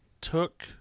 took